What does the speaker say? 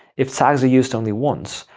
if tags are used only once,